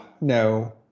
no